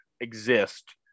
exist